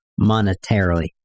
monetarily